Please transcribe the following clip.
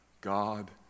God